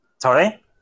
Sorry